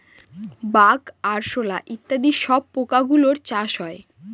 bug, আরশোলা ইত্যাদি সব পোকা গুলোর চাষ হয়